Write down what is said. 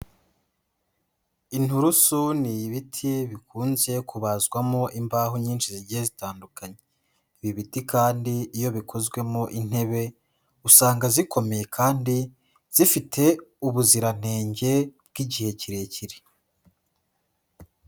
Inturusu ni ibiti bikunze kubazwamo imbaho nyinshi zigiye zitandukanye. Ibi biti kandi iyo bikozwemo intebe, usanga zikomeye kandi zifite ubuziranenge bw'igihe kirekire.